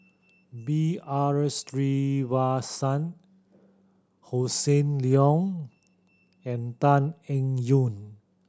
B R Sreenivasan Hossan Leong and Tan Eng Yoon